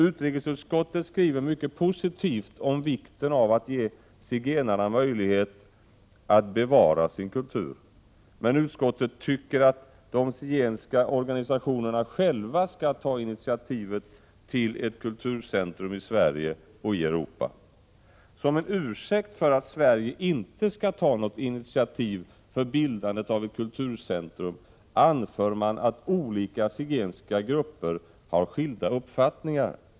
Utrikesutskottet skriver mycket positivt om vikten av att ge zigenarna möjlighet att bevara sin kultur. Men utskottet tycker att de zigenska organisationerna själva skall ta initiativet till ett kulturcentrum i Sverige och i Europa. Som en ursäkt för att Sverige inte skall ta något initiativ för bildandet av ett kulturcentrum anför man att olika zigenska grupper har skilda uppfattningar.